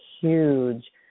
huge